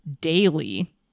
daily